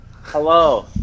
Hello